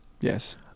Yes